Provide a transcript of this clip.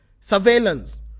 Surveillance